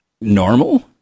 normal